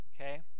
Okay